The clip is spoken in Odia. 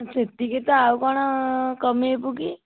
ସେତିକି ତ ଆଉ କ'ଣ କମେଇବୁକି